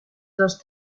los